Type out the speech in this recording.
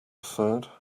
third